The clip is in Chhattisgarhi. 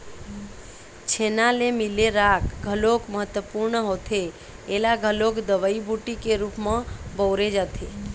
छेना ले मिले राख घलोक महत्वपूर्न होथे ऐला घलोक दवई बूटी के रुप म बउरे जाथे